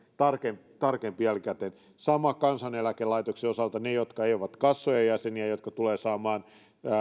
tarkemmin jälkikäteen sama kansaneläkelaitoksen osalta niiden kohdalla jotka eivät ole kassojen jäseniä ja jotka tulevat saamaan